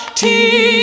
teach